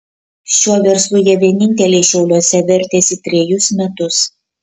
šiuo verslu jie vieninteliai šiauliuose vertėsi trejus metus